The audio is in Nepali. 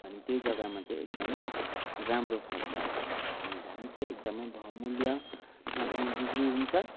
अनि त्यही जग्गामा चाहिँ एकदमै राम्रो फल्छ अनि धान चाहिँ एकदमै बहुमूल्यमा पनि बिक्री हुन्छ